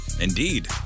Indeed